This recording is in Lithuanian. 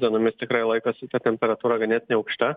dienomis tikrai laikosi ta temperatūra ganėtinai aukšta